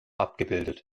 abgebildet